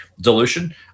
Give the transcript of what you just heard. dilution